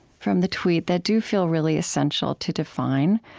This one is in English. from the tweet that do feel really essential to define.